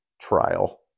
trial